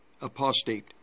apostate